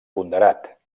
ponderat